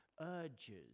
urges